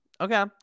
Okay